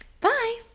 Bye